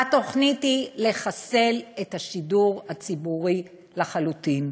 התוכנית היא לחסל את השידור הציבורי לחלוטין.